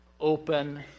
open